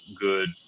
good